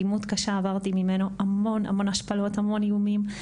אלימות קשה עברתי ממנו, המון השפלות, המון איומים,